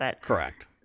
Correct